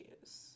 use